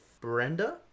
Brenda